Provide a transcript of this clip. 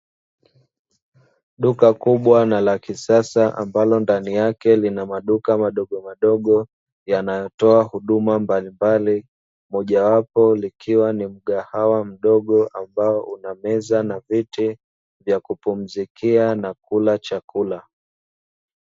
Duka kubwa na lakisasa ambalo ndani yake lina maduka madogo madogo yanayotoa huduma mbalimbali mojawapo ikiwa ni mgahawa mdogo ambao una meza na viti vya kupumzikia na kula chakula.